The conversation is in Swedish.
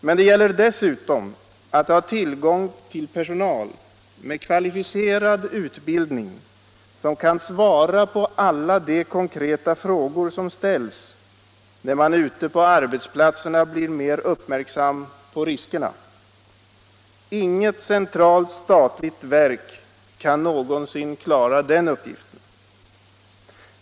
Men det gäller dessutom att ha tillgång till personal med kvalificerad utbildning, som kan svara på alla konkreta frågor som ställs när man ute på arbetsplatserna blir mer uppmärksam på riskerna. Inget centralt verk kan någonsin klara den uppgiften.